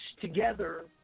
together